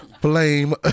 Blame